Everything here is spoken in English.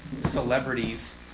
celebrities